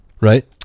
Right